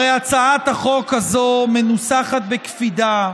הרי הצעת החוק הזאת מנוסחת בקפידה,